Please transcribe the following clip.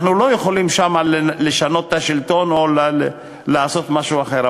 אנחנו לא יכולים לשנות שם את השלטון או לעשות משהו אחר,